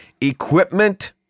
equipment